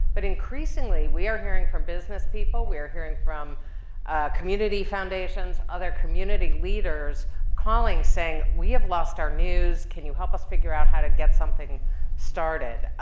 but increasingly, we are hearing from business people. we are hearing from community foundations, other community leaders calling saying we have lost our news. can you help us figure out how to get something started?